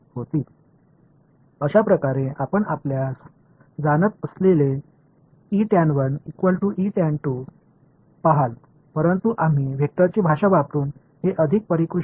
எனவே இது tan என்று இங்கு எழுதப்பட்டிருப்பது சரியாக டான்ஜென்ஷியல் புலங்கள் மற்றும் வலது புறத்தில் எஞ்சியிருப்பது வெறுமனே இந்த விஷயம்